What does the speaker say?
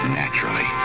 naturally